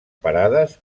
parades